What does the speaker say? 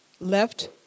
left